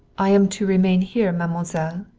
i am to remain here, mademoiselle,